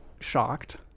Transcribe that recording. shocked